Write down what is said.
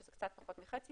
שזה קצת פחות מחצי,